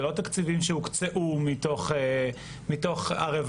זה לא תקציבים שהוקצו מתוך הרווחה.